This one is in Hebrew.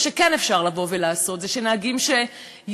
מה שכן אפשר לעשות זה שנהגים שיורשעו,